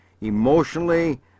emotionally